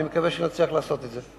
ואני מקווה שנצליח לעשות את זה.